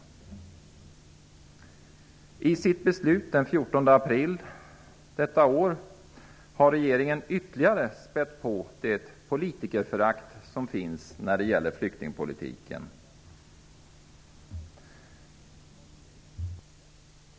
Genom sitt beslut den 14 april detta år har regeringen ytterligare spätt på det politikerförakt som finns när det gäller flyktingpolitiken.